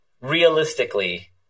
realistically